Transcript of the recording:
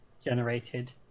generated